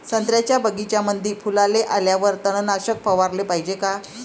संत्र्याच्या बगीच्यामंदी फुलाले आल्यावर तननाशक फवाराले पायजे का?